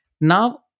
Now